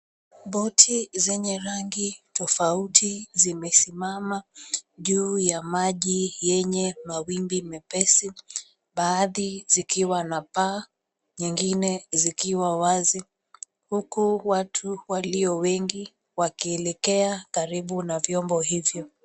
Boti zenye rangi tofauti zimesimama juu ya maji yenye mawimbi mepesi baadhi zikiwa na paa, nyingine zikiwa wazi huku watu walio wengi wakielekea karibu na vyombo hivyo.